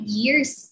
years